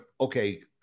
okay